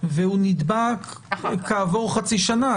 והוא נדבק כעבור חצי שנה,